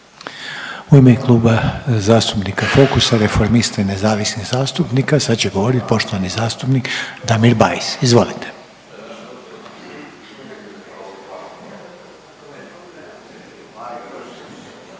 U ime Kluba zastupnika FOKUS-a, Reformista i nezavisnih zastupnika sad će govoriti poštovani zastupnik Damir Bajs. Izvolite.